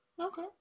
okay